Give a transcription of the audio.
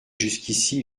jusqu’ici